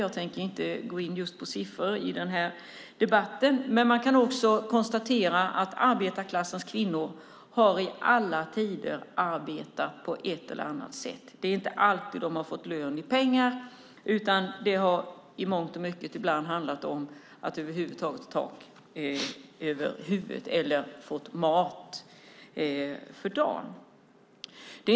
Jag tänker inte gå in på siffror i den här debatten. Man kan också konstatera att arbetarklassens kvinnor i alla tider har arbetat på ett eller annat sätt. De har inte alltid fått lön i pengar. Ibland har det handlat om att över huvud taget få tak över huvudet eller mat för dagen.